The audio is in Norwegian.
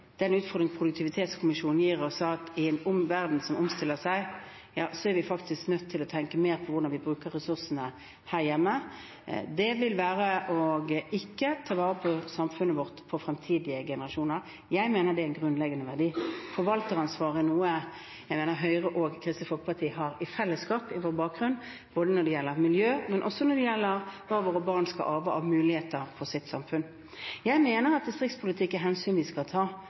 den utfordringen Produktivitetskommisjonen gir oss, at i en verden som omstiller seg, er vi faktisk nødt til å tenke mer på hvordan vi bruker ressursene her hjemme – som vil være ikke å ta vare på samfunnet vårt for framtidige generasjoner. Jeg mener det er en grunnleggende verdi. Forvalteransvaret er noe jeg mener Høyre og Kristelig Folkeparti har i fellesskap, i vår bakgrunn, både når det gjelder miljø, og når det gjelder hva våre barn skal arve av muligheter for sitt samfunn. Jeg mener at vi skal ta hensyn til distriktspolitikk, at folk skal